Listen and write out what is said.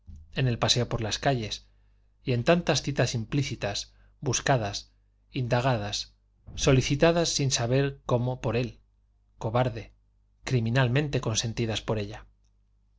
en el paseo por las calles y en tantas citas implícitas buscadas indagadas solicitadas sin saber cómo por él cobarde criminalmente consentidas por ella